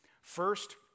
First